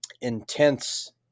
intense